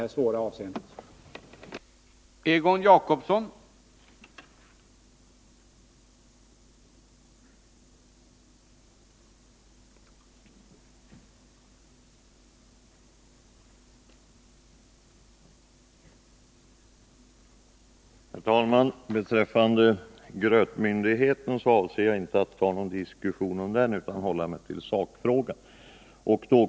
Jag skall lyssna med intresse.